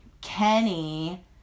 Kenny